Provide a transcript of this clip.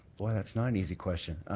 boy, that's not an easy question.